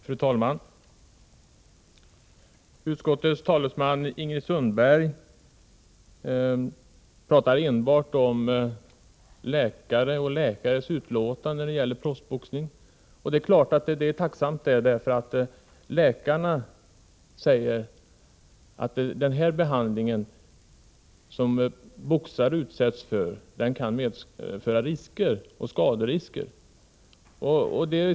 Fru talman! Utskottets talesman Ingrid Sundberg talar enbart om läkare och läkares utlåtande när det gäller proffsboxning. Det är klart att det är tacksamt, eftersom den behandling som boxare utsätts för kan medföra skaderisker.